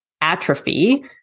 atrophy